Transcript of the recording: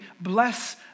bless